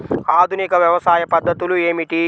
ఆధునిక వ్యవసాయ పద్ధతులు ఏమిటి?